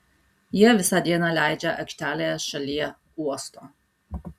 jie visą dieną leidžia aikštelėje šalie uosto